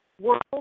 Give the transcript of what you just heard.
world